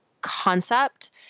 concept